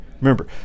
Remember